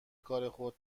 کار